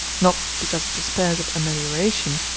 not because it despairs of amelioration,